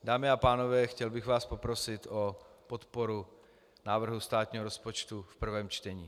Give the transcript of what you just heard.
Dámy a pánové, chtěl bych vás poprosit o podporu návrhu státního rozpočtu v prvém čtení.